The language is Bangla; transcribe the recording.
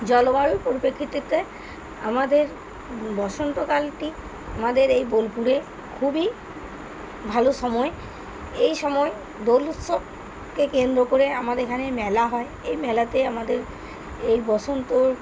জলবায়ুর পরিপ্রেক্ষিতে আমাদের বসন্তকালটি আমাদের এই বোলপুরে খুবই ভালো সময় এই সময় দোল উৎসবকে কেন্দ্র করে আমাদের এখানে মেলা হয় এই মেলাতে আমাদের এই বসন্তর